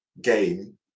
game